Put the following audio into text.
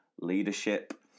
leadership